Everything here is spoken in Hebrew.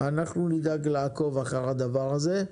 אנחנו נדאג לעקוב אחרי הדבר הזה,